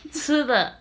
吃个